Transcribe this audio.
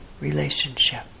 relationship